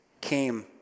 came